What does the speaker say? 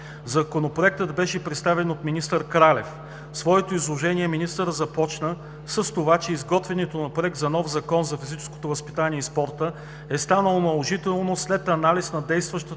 Законопроектът беше представен от министър Красен Кралев. Своето изложение министърът започна с това, че изготвянето на проект за нов Закон за физическото възпитание и спорта е станало наложително след анализ на действащата